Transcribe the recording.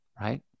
right